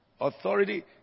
Authority